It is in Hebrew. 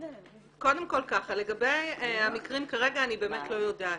לפי החוק לא.